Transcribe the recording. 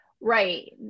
Right